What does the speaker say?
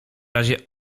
razie